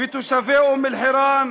ותושבי אום-אלחיראן,